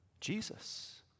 Jesus